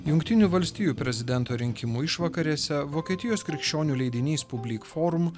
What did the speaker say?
jungtinių valstijų prezidento rinkimų išvakarėse vokietijos krikščionių leidinys publyk forum